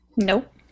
Nope